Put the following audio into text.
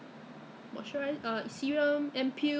seriously I need to go down to visit her